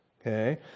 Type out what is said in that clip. Okay